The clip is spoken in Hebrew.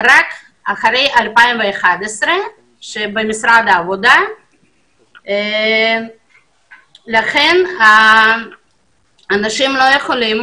התחילה במשרד העבודה אחרי 2011. לכן אנשים לא יכולים